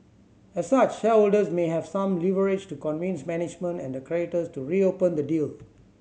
as such shareholders may have some leverage to convince management and the creditors to reopen the deal